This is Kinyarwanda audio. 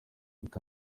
reka